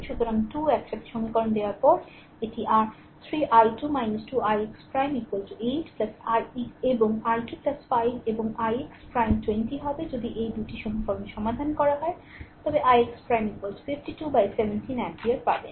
সুতরাং 2 একসাথে সমীকরণ দেওয়ার পরে এটি r 3 i2 2 ix ' 8 এবং i2 5 এবং ix' 20 হবে যদি এই 2 সমীকরণটি সমাধান করা হয় তবে ix ' 52 বাই 17 অ্যাম্পিয়ার পাবেন